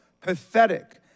pathetic